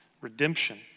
redemption